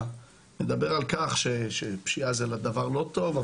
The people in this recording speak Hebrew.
מדבר על כך שפשיעה זה דבר לא טוב,